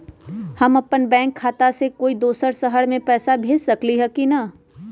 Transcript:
हम अपन बैंक खाता से कोई दोसर शहर में पैसा भेज सकली ह की न?